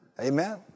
Amen